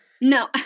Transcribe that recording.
No